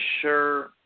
sure